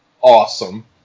awesome